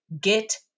get